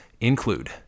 include